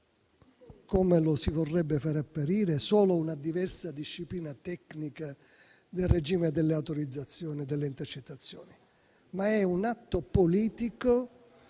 come lo si vorrebbe far apparire, solo una diversa disciplina tecnica del regime delle autorizzazioni e delle intercettazioni, ma è un atto politico